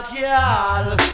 girl